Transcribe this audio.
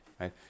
right